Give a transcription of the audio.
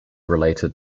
related